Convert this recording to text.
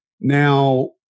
Now